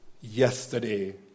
yesterday